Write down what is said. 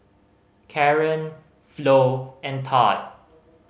Caren Flo and Todd